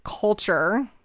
culture